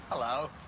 Hello